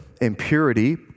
impurity